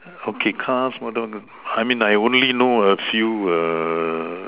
okay cars what on the I mean I only know a few err